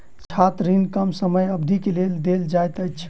छात्र ऋण कम समय अवधि के लेल देल जाइत अछि